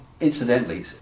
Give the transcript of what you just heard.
Incidentally